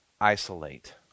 isolate